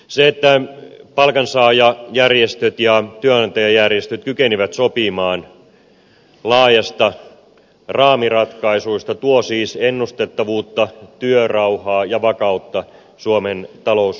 se että palkansaajajärjestöt ja työnantajajärjestöt kykenivät sopimaan laajasta raamiratkaisusta tuo siis ennustettavuutta työrauhaa ja vakautta suomen talouskehitykseen